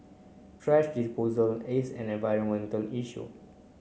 thrash disposal is an environmental issue